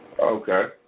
Okay